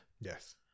Yes